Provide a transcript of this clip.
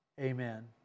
Amen